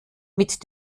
mit